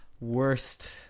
worst